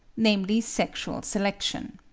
namely sexual selection.